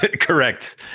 correct